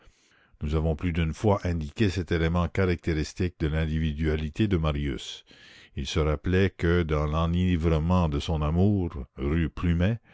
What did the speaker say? nous avons plus d'une fois indiqué cet élément caractéristique de l'individualité de marius il se rappelait que dans l'enivrement de son amour rue plumet